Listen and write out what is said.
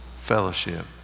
fellowship